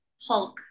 hulk